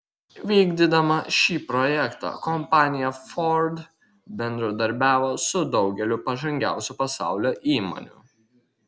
vykdydama šį projektą kompanija ford bendradarbiavo su daugeliu pažangiausių pasaulio įmonių